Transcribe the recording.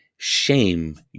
shame